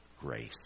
grace